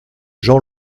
jean